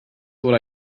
what